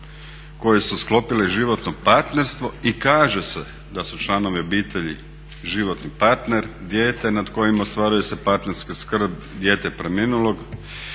koji su sklopili životno partnerstvo i kaže se da su članovi obitelji životni partner, dijete nad kojim ostvaruje se partnerska skrb, dijete preminulog